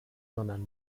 sondern